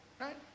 Right